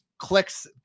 Clicks